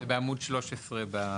זה בעמוד 13 בקובץ.